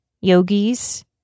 yogis